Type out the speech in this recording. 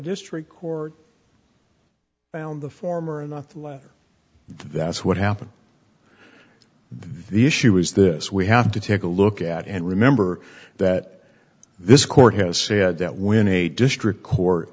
district court found the former not the latter that's what happened the issue is this we have to take a look at and remember that this court has said that when a district court